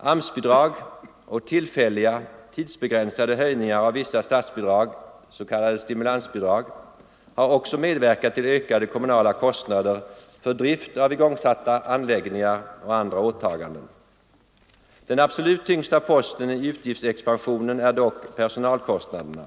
AMS-bidrag och tillfälliga, tidsbegränsade höjningar av vissa statsbidrag, s.k. stimulansbidrag, har också medverkat till ökade kommunala kostnader för drift av igångsatta anläggningar och andra åtaganden. Den absolut tyngsta posten i utgiftsexpansionen är dock personalkostnaderna.